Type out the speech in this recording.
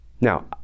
Now